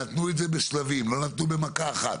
נתנו בשלבים, לא נתנו במכה אחת.